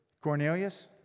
Cornelius